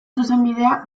zuzenbidea